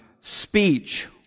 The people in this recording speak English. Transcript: speech